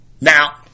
Now